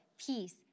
peace